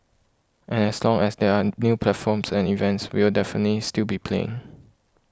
and as long as there are new platforms and events we will definitely still be playing